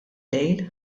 lejl